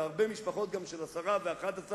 והרבה משפחות של עשרה ו-11,